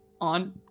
on